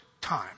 time